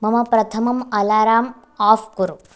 मम प्रथमम् alarm off कुरु